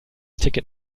ticket